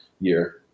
year